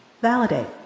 validate